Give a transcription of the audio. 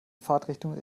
fahrtrichtung